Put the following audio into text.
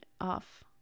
off